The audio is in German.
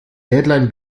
deadline